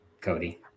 Cody